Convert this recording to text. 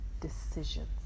decisions